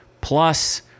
plus